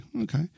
Okay